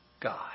God